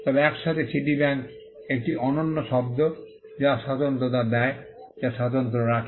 তবে একসাথে Citibank একটি অনন্য শব্দ যা স্বতন্ত্রতা দেয় যা স্বাতন্ত্র্য রাখে